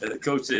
Coach